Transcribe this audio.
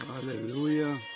Hallelujah